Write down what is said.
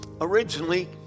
Originally